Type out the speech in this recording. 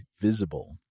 Visible